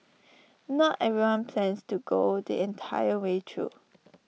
not everyone plans to go the entire way though